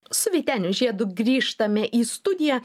su vyteniu žiedu grįžtame į studiją